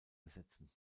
ersetzen